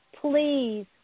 please